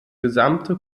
gesamte